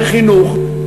דרך חינוך,